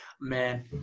man